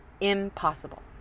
impossible